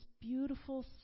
beautiful